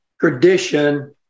tradition